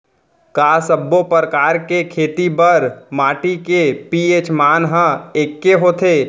का सब्बो प्रकार के खेती बर माटी के पी.एच मान ह एकै होथे?